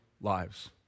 lives